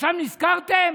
עכשיו נזכרתם?